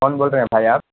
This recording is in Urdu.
کون بول رہے ہیں بھائی آپ